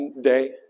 day